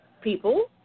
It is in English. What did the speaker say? people